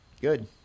Good